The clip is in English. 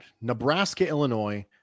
Nebraska-Illinois